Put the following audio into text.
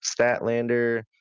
Statlander